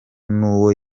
n’uwo